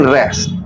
rest